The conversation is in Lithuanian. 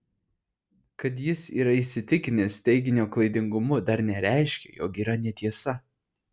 kad jis yra įsitikinęs teiginio klaidingumu dar nereiškia jog yra netiesa